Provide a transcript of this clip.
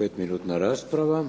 Pet minutna rasprava.